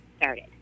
started